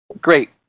Great